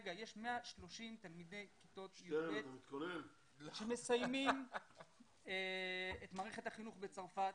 כרגע יש 130 תלמידי כיתות י"ב שמסיימים את מערכת החינוך בצרפת